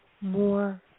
more